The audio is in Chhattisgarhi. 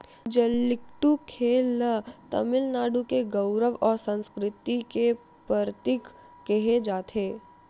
जल्लीकट्टू खेल ल तमिलनाडु के गउरव अउ संस्कृति के परतीक केहे जाथे